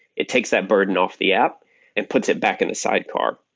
it takes that burden off the app and puts it back in the sidecar.